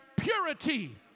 purity